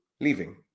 leaving